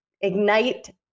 ignite